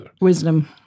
Wisdom